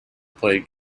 played